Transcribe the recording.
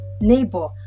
neighbor